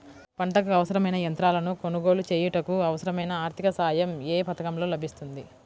పంటకు అవసరమైన యంత్రాలను కొనగోలు చేయుటకు, అవసరమైన ఆర్థిక సాయం యే పథకంలో లభిస్తుంది?